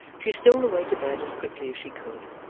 she stole away to bed as quickly as she could,